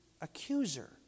accuser